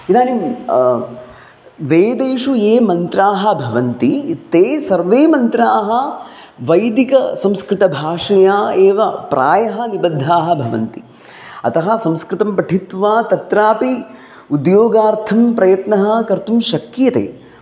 इदानीं वेदेषु ये मन्त्राः भवन्ति ते सर्वे मन्त्राः वैदिकसंस्कृतभाषया एव प्रायः निबद्धाः भवन्ति अतः संस्कृतं पठित्वा तत्रापि उद्योगार्थं प्रयत्नः कर्तुं शक्यते